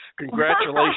congratulations